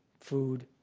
food.